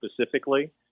specifically